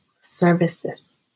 services